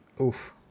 Oof